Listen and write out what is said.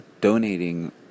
donating